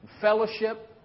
fellowship